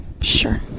Sure